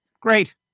Great